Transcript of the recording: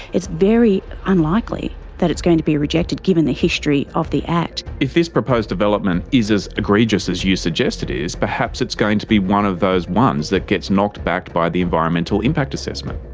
it's very unlikely that it's going to be rejected given the history of the act. if this proposed development is as egregious as you suggest it is perhaps it's going to be one of those ones that gets knocked back by the environmental impact assessment?